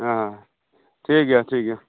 ᱦᱮᱸ ᱴᱷᱤᱠ ᱜᱮᱭᱟ ᱴᱷᱤᱠ ᱜᱮᱭᱟ